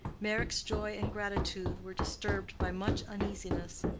meyrick's joy and gratitude were disturbed by much uneasiness.